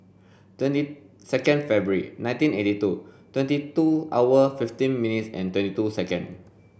twenty second February nineteen eighty two twenty two hours fifteen minutes and twenty two seconds